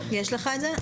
יש לך את זה?